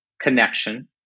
connection